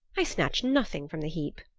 i snatched nothing from the heap.